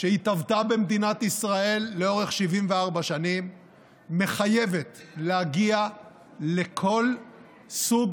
שהתהוותה במדינת ישראל לאורך 74 שנים מחייבת להגיע לכל סוג